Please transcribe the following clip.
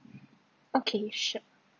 okay sure